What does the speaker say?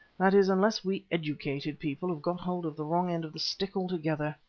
that is, unless we educated people have got hold of the wrong end of the stick altogether.